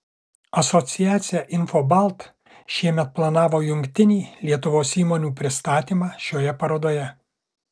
asociacija infobalt šiemet planavo jungtinį lietuvos įmonių prisistatymą šioje parodoje